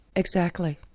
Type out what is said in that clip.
exactly.